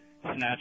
snatch